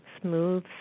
smooth